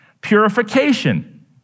Purification